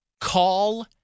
call